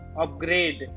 upgrade